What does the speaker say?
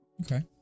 Okay